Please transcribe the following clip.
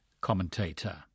commentator